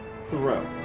throw